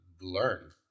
learn